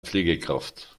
pflegekraft